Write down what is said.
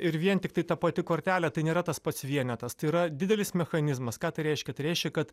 ir vien tiktai ta pati kortelė tai nėra tas pats vienetas tai yra didelis mechanizmas ką tai reiškia reiškia kad